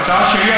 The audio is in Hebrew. ההצעה שלי,